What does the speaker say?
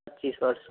पच्चीस वर्ष